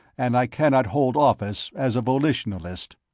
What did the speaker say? and i cannot hold office as a volitionalist.